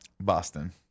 Boston